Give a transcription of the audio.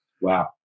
Wow